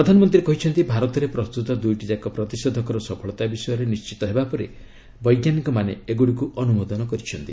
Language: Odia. ପ୍ରଧାନମନ୍ତ୍ରୀ କହିଛନ୍ତି ଭାରତରେ ପ୍ରସ୍ତୁତ ଦୁଇଟିଯାକ ପ୍ରତିଷେଧକର ସଫଳତା ବିଷୟରେ ନିଶ୍ଚିତ ହେବା ପରେ ବୈଜ୍ଞାନିକମାନେ ଏଗୁଡ଼ିକୁ ଅନୁମୋଦନ କରିଛନ୍ତି